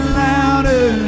louder